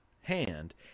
hand